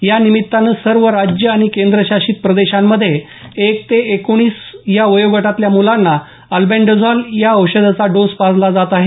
या निमित्तानं सर्व राज्य आणि केंद्रशासित प्रदेशांमध्ये एक ते एकोणीस या वयोगटातल्या मुलांना अल्बेंडाझोल या औषधाचा डोसा पाजला जात आहे